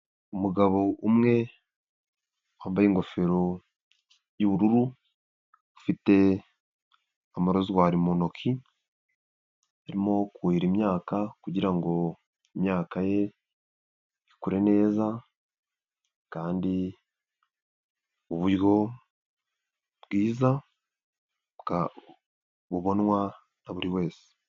Umugabo umwe wambaye ingofero y'ubururu, ufite amarozwari mu ntoki, arimo kuhira imyaka kugira ngo imyaka ye ikure neza kandi uburyo bwiza bwa bubonwa na buri wese.